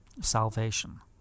Salvation